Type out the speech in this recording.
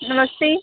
नमस्ते